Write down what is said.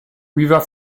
weaver